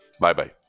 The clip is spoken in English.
Bye-bye